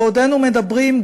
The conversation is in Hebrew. בעודנו מדברים,